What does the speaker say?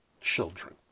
children